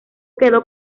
quedó